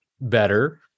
better